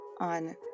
on